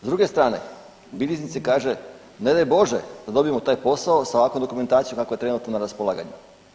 S druge strane bilježnici kažu ne daj Bože da dobijemo taj posao s ovakvom dokumentacijom kakva je trenutno na raspolaganju.